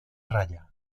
raya